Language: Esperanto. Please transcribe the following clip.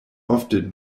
ofte